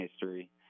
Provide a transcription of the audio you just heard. history